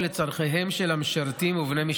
חבר הכנסת יוראי להב הרצנו, אנא.